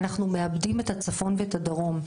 אנחנו מאבדים את הצפון ואת הדרום,